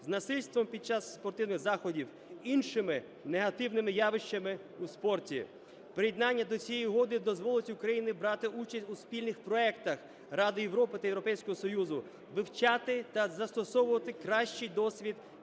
з насильством під час спортивних заходів, іншими негативними явищами у спорті. Приєднання до цієї угоди дозволить Україні брати участь у спільних проектах Ради Європи та Європейського Союзу, вивчати та застосовувати кращий досвід